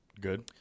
Good